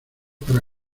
para